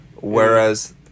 Whereas